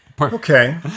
Okay